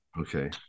okay